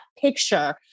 picture